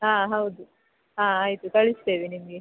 ಹಾಂ ಹೌದು ಹಾಂ ಆಯಿತು ಕಳಿಸ್ತೇವೆ ನಿಮಗೆ